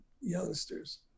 youngsters